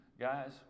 guys